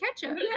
ketchup